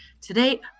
Today